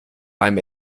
beim